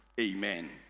Amen